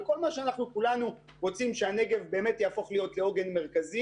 כל מה שכולנו רוצים כדי שהנגב יהפוך להיות לעוגן מרכזי